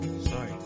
sorry